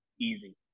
Easy